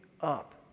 up